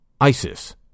ISIS